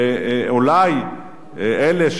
ואולי אלה,